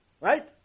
Right